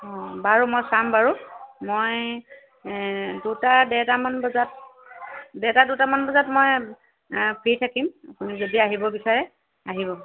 অ বাৰু মই চাম বাৰু মই দুটা ডেৰটা মান বজাত ডেৰটা দুটামান বজাত মই আ ফ্ৰি থাকিম আপুনি যদি আহিব বিচাৰে আহিব